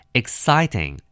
exciting